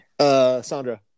Sandra